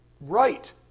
right